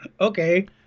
Okay